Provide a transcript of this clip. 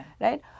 right